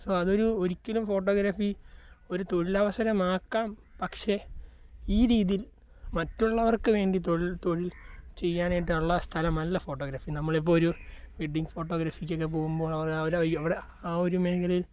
so അതൊരു ഒരിക്കലും photography ഒരു തൊഴിലവസരമാക്കാം പക്ഷേ ഈ രീതിയിൽ മറ്റുള്ളവർക്ക് വേണ്ടി തൊഴിൽ തൊഴിൽ ചെയ്യാനായിട്ടുള്ള സ്ഥലമല്ല ഫോട്ടോഗ്രാഫി നമ്മളിപ്പൊരു വെഡ്ഡിങ്ങ് ഫോട്ടോഗ്രാഫിക്കൊക്കെ പോകുമ്പോഴോ അവർ അവിടെ ആ ഒരു മേഖലയിൽ